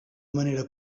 manera